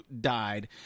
died